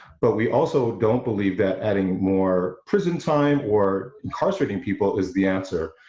but we also don't believe that adding more prison time or incarcerated people is the answer,